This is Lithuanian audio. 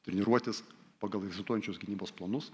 treniruotis pagal egzistuojančius gynybos planus